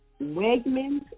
Wegmans